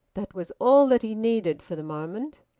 that was all that he needed for the moment.